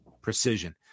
precision